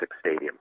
Stadium